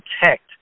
protect